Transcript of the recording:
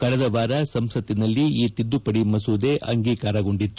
ಕಳೆದವಾರ ಸಂಸತ್ತಿನಲ್ಲಿ ಈ ತಿದ್ದುಪಡಿ ಮಸೂದೆ ಅಂಗೀಕಾರಗೊಂಡಿತ್ತು